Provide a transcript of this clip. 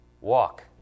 walk